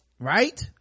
Right